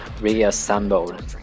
reassembled